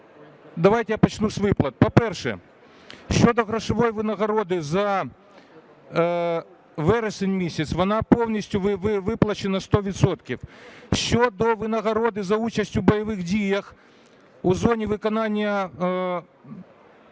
Давайте я почну з виплат. По-перше, щодо грошової винагороди за вересень місяць. Вона повністю виплачена, 100 відсотків. Щодо винагороди за участь у бойових діях у зоні виконання